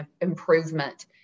improvement